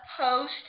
post